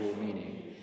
meaning